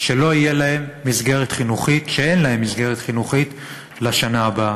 שאין להם מסגרת חינוכית לשנה הבאה.